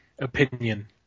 opinion